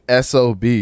SOB